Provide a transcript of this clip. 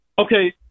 Okay